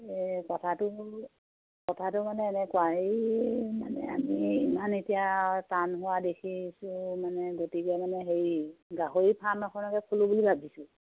এই কথাটো হ'ল কথাটো মানে এনেকুৱা হেৰি মানে আমি ইমান এতিয়া টান হোৱা দেখিছোঁ মানে গতিকে মানে হেৰি গাহৰি ফাৰ্ম এখনকে খোলো বুলি ভাবিছোঁ